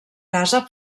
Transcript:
casa